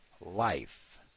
life